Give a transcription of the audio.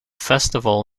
festival